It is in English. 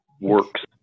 works